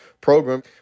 program